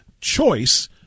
choice